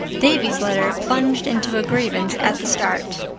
davy's letter plunged into a grievance at the start.